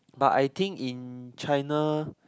but I think in China